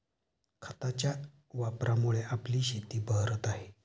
खतांच्या वापरामुळे आपली शेतं बहरत आहेत